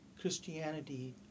Christianity